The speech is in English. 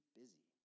busy